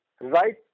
Right